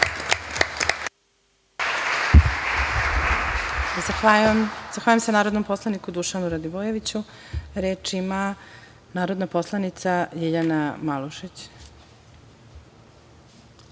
Zahvaljujem se narodnom poslaniku Dušanu Radojeviću. Reč ima narodna poslanica Ljiljana